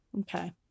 Okay